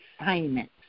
assignment